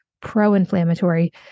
pro-inflammatory